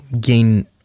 gain